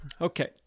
okay